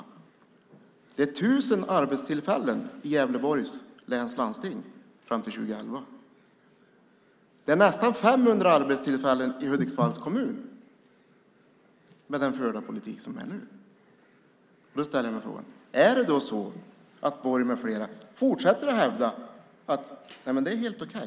Det handlar om 1 000 arbetstillfällen i Gävleborgs läns landsting fram till år 2011. Det är 500 arbetstillfällen i Hudiksvalls kommun med den förda politik som är nu. Jag ställer mig frågan: Är det så att Borg med flera fortsätter att hävda att det är helt okej?